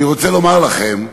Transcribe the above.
אני רוצה לומר לכם,